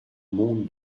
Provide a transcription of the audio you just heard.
monde